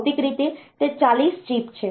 ભૌતિક રીતે તે 40 ચિપ છે